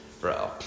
Bro